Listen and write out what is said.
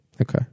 Okay